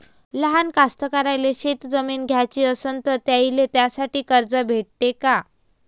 लहान कास्तकाराइले शेतजमीन घ्याची असन तर त्याईले त्यासाठी कर्ज भेटते का?